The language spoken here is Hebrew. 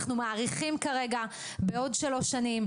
אנחנו מאריכים כרגע בעוד שלוש שנים.